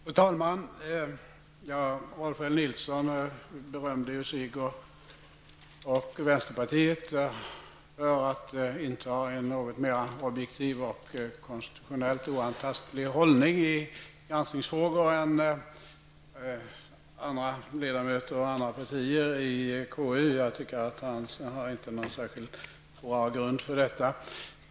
Fru talman! Rolf L Nilson berömde sig och vänsterpartiet av att inta en något mer objektiv och konstitutionellt oantastlig hållning i granskningsfrågor än andra ledamöter och partier i konstitutionsutskottet. Jag tycker att han inte har någon särskilt bra grund för detta påstående.